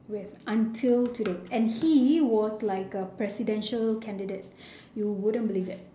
with until today and he was like a presidential candidate you wouldn't believe it